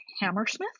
Hammersmith